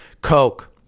Coke